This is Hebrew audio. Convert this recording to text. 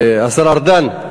השר ארדן,